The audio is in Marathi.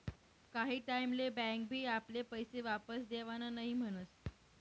काही टाईम ले बँक बी आपले पैशे वापस देवान नई म्हनस